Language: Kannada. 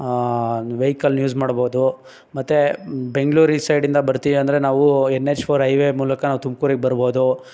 ವೆಹಿಕಲ್ನ ಯೂಸ್ ಮಾಡ್ಬೋದು ಮತ್ತು ಬೆಂಗ್ಳೂರು ಈ ಸೈಡಿಂದ ಬರ್ತೀವಿ ಅಂದರೆ ನಾವು ಎನ್ ಎಚ್ ಫೋರ್ ಐವೇ ಮೂಲಕ ನಾವು ತುಮ್ಕೂರಿಗೆ ಬರ್ಬೋದು